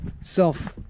self